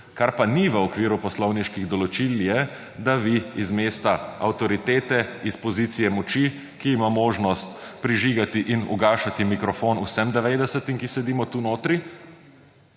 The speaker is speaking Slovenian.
kar pa ni v okviru poslovniških določil je, da vi iz mesta avtoritete, iz pozicije moči, ki ima možnost prižigati in ugašati mikrofon vsem 90., ki sedimo tu notri